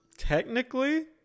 Technically